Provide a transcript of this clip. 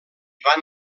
van